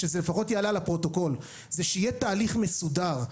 שזה לפחות יעלה על הפרוטוקול: שיהיה תהליך מסודר.